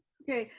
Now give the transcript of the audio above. okay.